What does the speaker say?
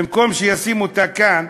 במקום שישים אותה כאן,